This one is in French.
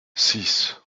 six